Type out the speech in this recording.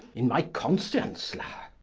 in my conscience law